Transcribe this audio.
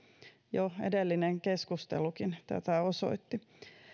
jo edellinen keskustelukin tätä osoitti